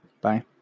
Bye